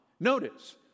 Notice